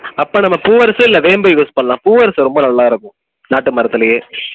அப்போ நம்ம பூவரசு இல்லை வேம்பு யூஸ் பண்ணலாம் பூவரசு ரொம்ப நல்லா இருக்கும் நாட்டு மரத்துலேயே